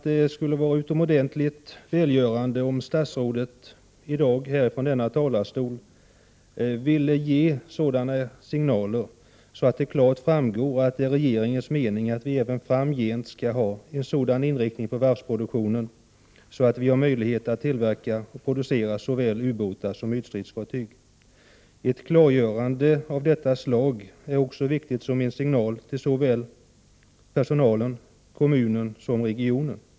Det skulle vara utomordentligt välgörande om statsrådet i dag från denna talarstol ville ge sådana signaler att det klart framgår att det är regeringens mening att vi även framgent skall ha en sådan inriktning på varvsproduktionen att vi har möjlighet att tillverka såväl ubåtar som ytstridsfartyg. Ett klargörande av detta slag är också viktigt som en signal till såväl personal som kommun och region.